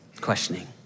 questioning